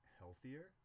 healthier